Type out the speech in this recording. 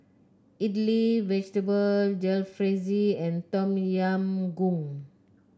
Idili Vegetable Jalfrezi and Tom Yam Goong